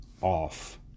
off